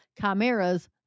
chimeras